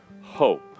hope